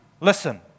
Listen